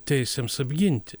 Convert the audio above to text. teisėms apginti